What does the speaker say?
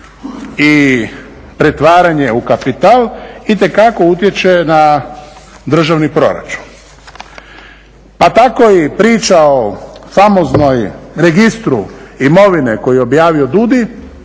i pretvaranje u kapital itekako utječe na državni proračun. Pa tako i priča o famoznom registru imovine koji je objavio DUDI,